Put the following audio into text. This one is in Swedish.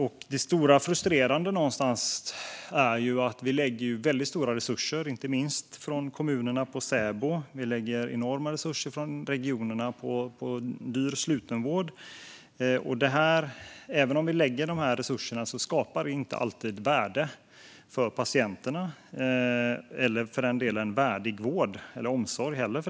Trots att kommunerna lägger stora resurser på säbo och regionerna enorma resurser på dyr slutenvård skapas inte alltid ett värde för patienterna - eller för den delen värdig vård och omsorg.